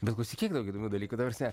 bet klausyk kiek daug įdomių dalykų ta prasme